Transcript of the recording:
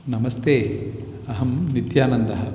नमस्ते अहं नित्यानन्दः